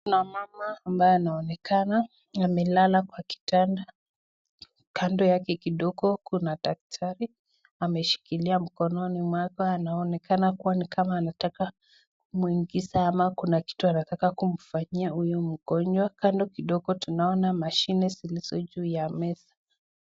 Kuna mama ambaye anaonekana amelala kwa kitanda. Kando yake kidogo kuna daktari, ameshikilia mkononi mwake anaonekana kuwa ni kama anataka kumwigiza ama kuna kitu anataka kumfanyia huyu mgonjwa. Kando kidogo tunaona mashini zilizojuu ya meza.